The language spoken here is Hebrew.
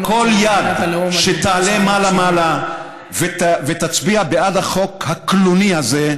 כל יד שתעלה מעלה מעלה ותצביע בעד החוק הקלוני הזה,